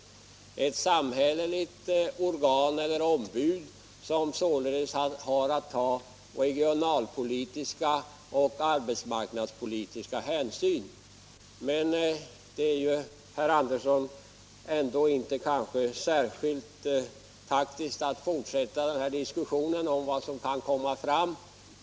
Det är fråga om ett samhälleligt organ eller ombud, som således har att ta regionalpolitiska och arbetsmarknadspolitiska hänsyn. Men det är ju, herr Andersson i Södertälje, kanske ändå inte särskilt taktiskt att fortsätta den här diskussionen om vad som kan komma.